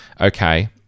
okay